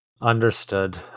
Understood